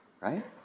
right